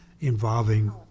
involving